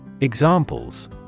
Examples